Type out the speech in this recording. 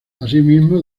asimismo